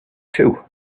too